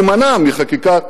להימנע מחקיקת